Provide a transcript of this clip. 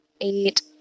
Eight